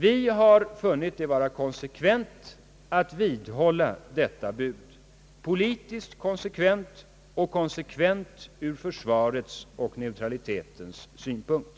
Vi har funnit det vara konsekvent att vidhålla detta bud — politiskt konsekvent och konsekvent ur försvarets och neutralitetens synpunkt.